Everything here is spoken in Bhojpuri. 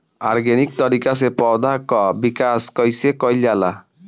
ऑर्गेनिक तरीका से पौधा क विकास कइसे कईल जाला?